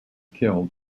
killed